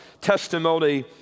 testimony